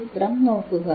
ചിത്രം നോക്കുക